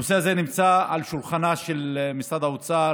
הנושא הזה נמצא על שולחנו של משרד האוצר